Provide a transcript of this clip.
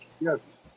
Yes